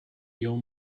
your